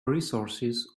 resources